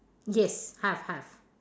yes have have